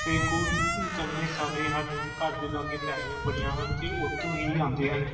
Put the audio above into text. ਅਤੇ ਕੋਈ ਗੰਨੇ ਸਾਡੇ ਸਾਡੇ ਘਰ ਦੇ ਲਾਗੇ ਪੈਲੀਆਂ ਬਣੀਆਂ ਹਨ ਅਤੇ ਉੱਥੋਂ ਹੀ ਆਉਂਦੇ ਹਨ